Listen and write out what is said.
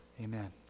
Amen